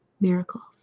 miracles